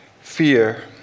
fear